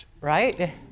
Right